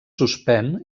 suspèn